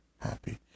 happy